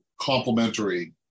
complementary